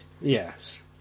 Yes